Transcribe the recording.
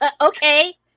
okay